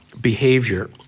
behavior